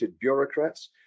bureaucrats